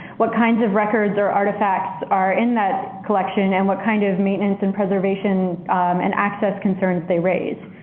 what kinds of records or artifacts are in that collection and what kind of maintenance and preservation and access concerns they raise.